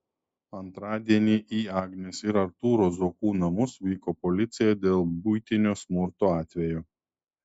antradienį į agnės ir artūro zuokų namus vyko policija dėl buitinio smurto atvejo